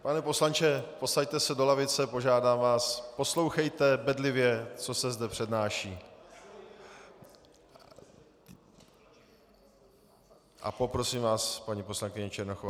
Pane poslanče, posaďte se do lavice, požádám vás, poslouchejte bedlivě, co se zde přednáší. . A poprosím vás, paní kolegyně Černochová, pokračujte.